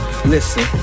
Listen